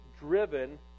driven